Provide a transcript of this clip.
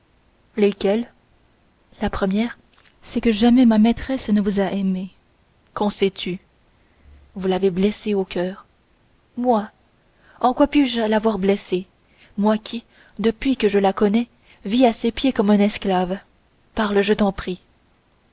la première c'est que jamais ma maîtresse ne vous a aimé qu'en sais-tu vous l'avez blessée au coeur moi en quoi puis-je l'avoir blessée moi qui depuis que je la connais vis à ses pieds comme un esclave parle je t'en prie